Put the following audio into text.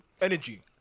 energy